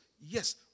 Yes